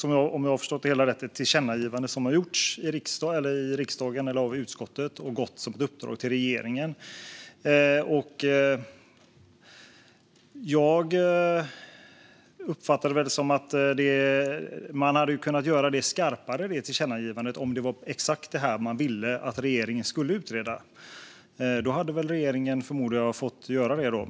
Om jag har förstått det hela rätt har riksdagen gjort ett tillkännagivande till regeringen med ett uppdrag i frågan. Jag uppfattar det som att det tillkännagivandet hade kunnat göras skarpare om man exakt ville att regeringen skulle tillsätta en utredning. Då hade regeringen, förmodar jag, fått göra det.